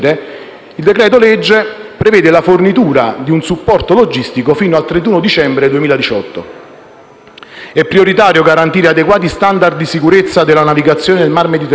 il decreto-legge prevede la fornitura di un supporto logistico fino al 31 dicembre 2018. È prioritario garantire adeguati *standard* di sicurezza della navigazione nel Mar Mediterraneo,